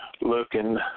looking